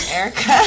erica